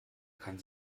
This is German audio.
kein